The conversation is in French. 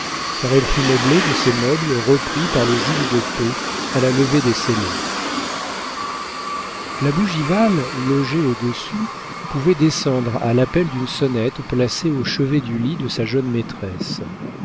car elle fut meublée de ses meubles repris par le juge de paix à la levée des scellés la bougival logée au-dessus pouvait descendre à l'appel d'une sonnette placée au chevet du lit de sa jeune maîtresse